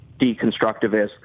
deconstructivist